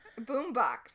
boombox